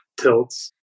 tilts